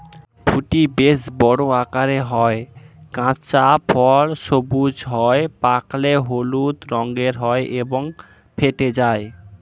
ফুটি বেশ বড় আকারের হয়, কাঁচা ফল সবুজ হয়, পাকলে হলুদ রঙের হয় এবং ফেটে যায়